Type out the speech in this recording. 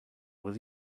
will